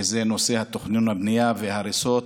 וזה נושא תכנון הבנייה וההריסות,